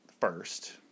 first